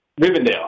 Rivendell